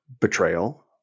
Betrayal